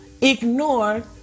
ignore